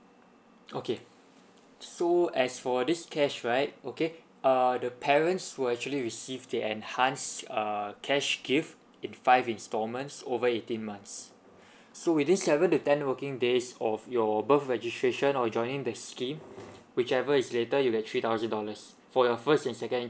okay so as for this cash right okay uh the parents were actually receive the enhanced uh cash gift in five installments over eighteen months so within seven to ten working days of your birth registration or joining the scheme whichever is later you get three thousand dollars for your first and second